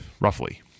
roughly